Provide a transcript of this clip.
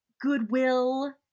goodwill